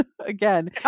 Again